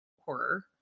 horror